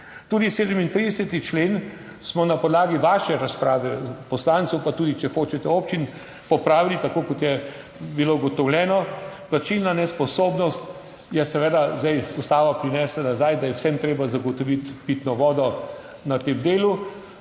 Tudi 37. člen smo na podlagi vaše razprave poslancev, pa tudi, če hočete, občin, popravili tako, kot je bilo ugotovljeno. Plačilna nesposobnost je seveda zdaj Ustava prinesla nazaj, da je vsem treba zagotoviti pitno vodo na tem delu